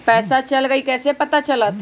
पैसा चल गयी कैसे पता चलत?